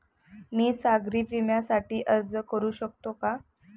मी सागरी विम्यासाठी अर्ज करू शकते का?